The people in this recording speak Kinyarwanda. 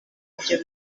ibyo